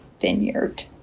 vineyard